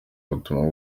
ubutumwa